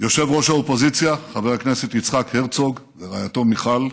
יושב-ראש האופוזיציה חבר הכנסת יצחק הרצוג ורעייתו מיכל,